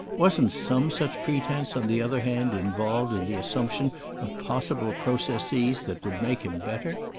wasn't some such pretence on the other hand involved in the assumption of possible processes that would make him better?